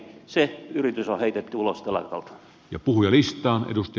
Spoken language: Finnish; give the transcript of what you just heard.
se yritys on heitetty ulos telakalta